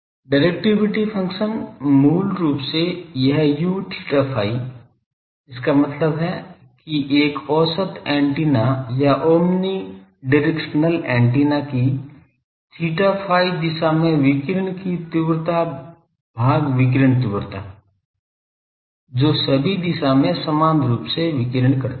directivity function मूल रूप से यह U theta phi इसका मतलब है कि एक औसत एंटीना या ओमनी डिरेक्शनल एंटीना की theta phi दिशा में विकिरण की तीव्रता भाग विकिरण तीव्रता जो सभी दिशा में समान रूप से विकिरण करती है